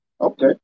Okay